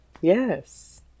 yes